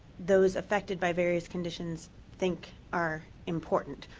those affected by various conditions think are important.